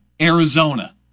Arizona